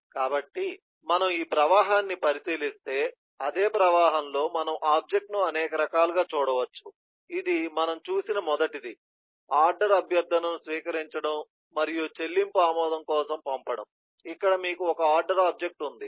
కాబట్టి మనము ఈ ప్రవాహాన్ని పరిశీలిస్తే అదే ప్రవాహంలో మనం ఆబ్జెక్ట్ ను అనేక రకాలుగా చూడవచ్చు ఇది మనం చూసిన మొదటిది ఆర్డర్ అభ్యర్థనను స్వీకరించడం మరియు చెల్లింపు ఆమోదం కోసం పంపడం ఇక్కడ మీకు ఒక ఆర్డర్ ఆబ్జెక్ట్ ఉంది